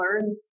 learn